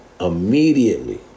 Immediately